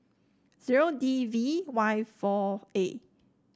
zero D V Y four A